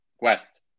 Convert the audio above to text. West